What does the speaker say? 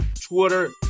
Twitter